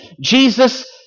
Jesus